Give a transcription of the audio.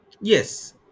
Yes